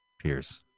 Pierce